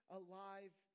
alive